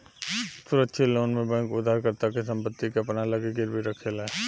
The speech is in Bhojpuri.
सुरक्षित लोन में बैंक उधारकर्ता के संपत्ति के अपना लगे गिरवी रखेले